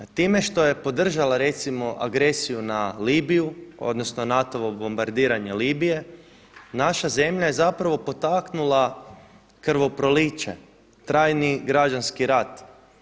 Time što je podržala recimo agresiju na Libiju, odnosno NATO-vo bombardiranje Libije naša zemlja je zapravo potaknula krvoproliće, trajni građanski rat.